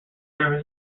service